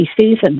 season